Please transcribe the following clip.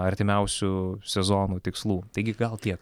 artimiausių sezonų tikslų taigi gal tiek